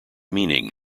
meaning